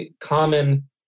common